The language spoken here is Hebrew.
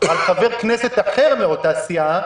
סעיף הגדרה,